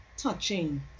touching